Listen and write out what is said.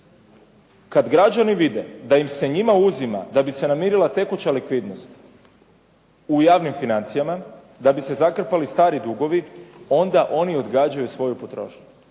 Kada građani vide da se njima uzima da bi se namirila tekuća likvidnost u javnim financijama, da bi se zakrpali stari dugovi, onda oni odgađaju svoju potrošnju.